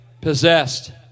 possessed